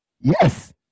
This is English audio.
yes